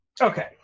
okay